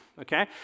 okay